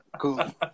cool